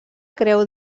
creu